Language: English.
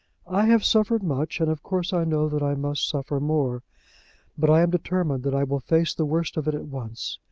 i have suffered much, and of course i know that i must suffer more but i am determined that i will face the worst of it at once.